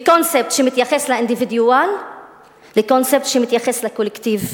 מקונספט שמתייחס לאינדיבידואל לקונספט שמתייחס לקולקטיב,